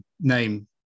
name